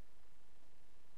הוא ראש הממשלה.